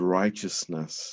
righteousness